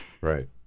Right